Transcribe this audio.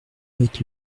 avec